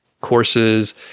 courses